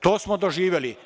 To smo doživeli.